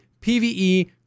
PvE